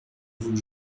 voulut